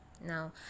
Now